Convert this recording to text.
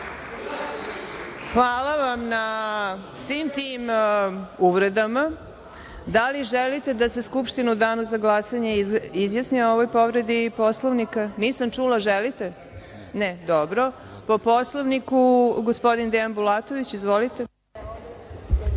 Hvala vam na svim tim uvredama. Da li želite da se Skupština u danu za glasanje izjasni o ovoj povredi Poslovnika? Nisam čula. Želite? (Ne.)Dobro. Po Poslovniku, gospodin Dejan Bulatović. Izvolite.